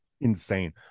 Insane